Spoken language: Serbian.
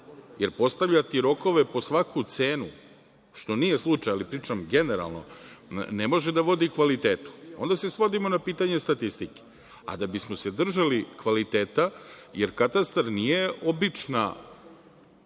jer postavljati rokove po svaku cenu, što nije slučaj ali pričam generalno, ne može da vodi kvalitetu, onda se svodimo na pitanje statistike, a da bismo se držali kvaliteta, jer katastar nije obična